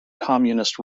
communist